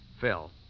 Phil